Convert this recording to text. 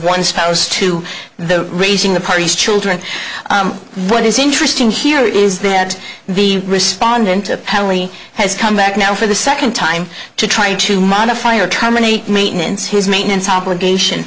one spouse to the raising the parties children what is interesting here is that the respondent apparently has come back now for the second time to try to modify or terminate maintenance his maintenance